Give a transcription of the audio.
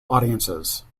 audiences